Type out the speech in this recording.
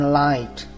light